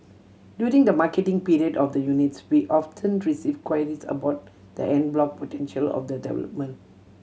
during the marketing period of the units we often receive queries about the en bloc potential of the development